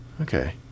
Okay